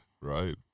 Right